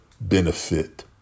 benefit